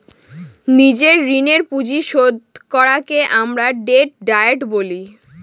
নিজের ঋণের পুঁজি শোধ করাকে আমরা ডেট ডায়েট বলি